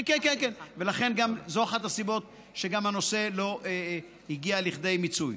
ולכן זאת אחת הסיבות שהנושא לא הגיע לכדי מיצוי.